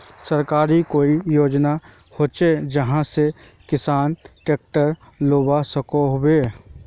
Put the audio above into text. सरकारी कोई योजना होचे जहा से किसान ट्रैक्टर लुबा सकोहो होबे?